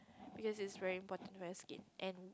because is very important for your skin and